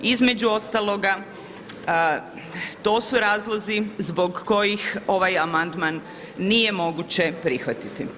Između ostaloga to su razlozi zbog kojih ovaj amandman nije moguće prihvatiti.